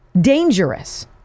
Dangerous